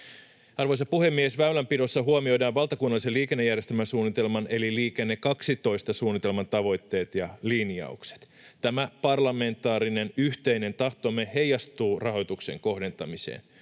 Arvoisa puhemies! Väylänpidossa huomioidaan valtakunnallisen liikennejärjestelmäsuunnitelman eli Liikenne 12 ‑suunnitelman tavoitteet ja linjaukset. Tämä parlamentaarinen yhteinen tahtomme heijastuu rahoituksen kohdentamiseen.